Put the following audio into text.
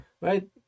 right